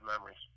memories